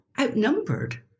outnumbered